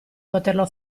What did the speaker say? poterlo